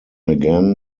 again